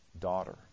daughter